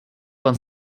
pan